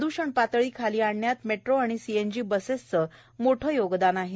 प्रद्षण पातळी खाली आणण्यात मेट्रो आणि सीएनजी बसेसचे योगदान आहे